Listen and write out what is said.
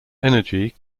energy